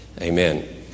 Amen